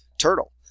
turtle